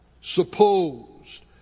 supposed